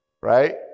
right